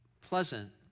pleasant